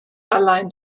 allein